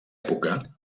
època